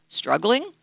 struggling